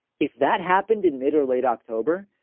if that happened in mid or late october,